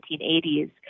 1980s